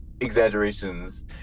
exaggerations